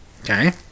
Okay